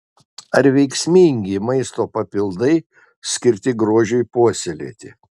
ar veiksmingi maisto papildai skirti grožiui puoselėti